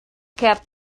kept